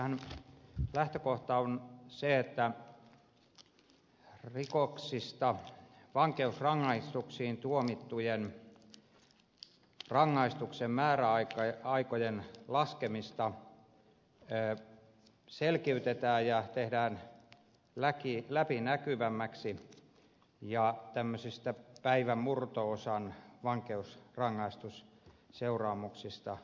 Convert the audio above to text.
tässähän lähtökohta on se että rikoksista vankeusrangaistuksiin tuomittujen rangaistusten määräaikojen laskemista selkiytetään ja tehdään läpinäkyvämmäksi ja tämmöisistä päivän mur to osan vankeusrangaistusseuraamuksista luovutaan